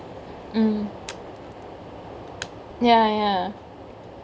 mm ya ya